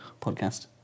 podcast